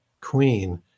queen